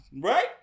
right